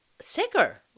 sicker